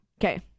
okay